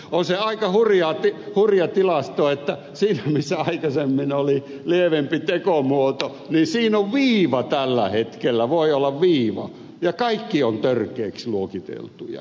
on se aika hurja tilasto että siinä missä aikaisemmin oli lievempi tekomuoto voi olla viiva tällä hetkellä ja kaikki ovat törkeäksi luokiteltuja